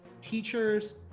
teachers